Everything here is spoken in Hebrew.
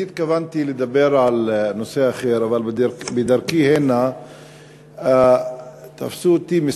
אני התכוונתי לדבר על נושא אחר אבל בדרכי הנה תפסו אותי כמה